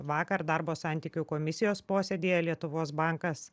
vakar darbo santykių komisijos posėdyje lietuvos bankas